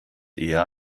eher